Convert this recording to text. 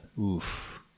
Oof